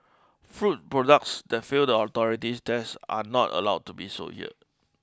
food products that fail the authority's tests are not allowed to be sold here